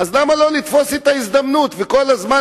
אז למה שלא לתפוס את ההזדמנות וכל הזמן